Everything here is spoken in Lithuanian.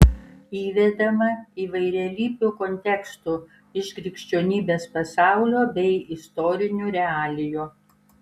įvedama įvairialypių kontekstų iš krikščionybės pasaulio bei istorinių realijų